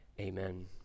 Amen